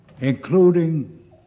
including